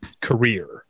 career